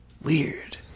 Weird